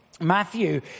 Matthew